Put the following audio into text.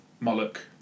Moloch